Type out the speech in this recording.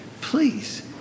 Please